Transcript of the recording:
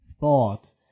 thought